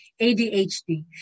ADHD